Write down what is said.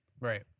right